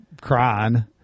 crying